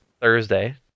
Thursday